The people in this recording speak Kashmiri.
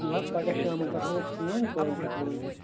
یِیِو حظ پگاہ شامَن کَرہو أسۍ فون کٲلۍ کٮ۪تھ وٲتۍ أسۍ